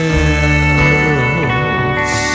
else